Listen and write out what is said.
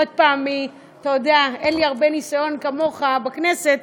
אין לי הרבה ניסיון כמוך בכנסת,